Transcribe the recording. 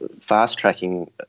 fast-tracking